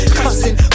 cussing